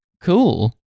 Cool